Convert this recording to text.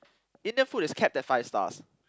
Indian food is capped at five stars